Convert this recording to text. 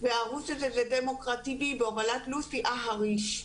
הערוץ הזה הוא דמוקרטי.וי בהובלת לוסי אהריש,